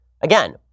Again